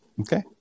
Okay